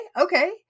okay